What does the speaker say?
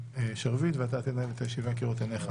השרביט ואתה תנהל את הישיבה כראות עיניך.